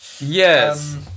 Yes